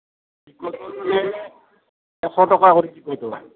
এশ টকা কৰি টিকটত